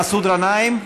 מסעוד גנאים,